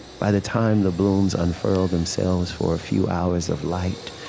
by the time the blooms unfurl themselves for a few hours of light,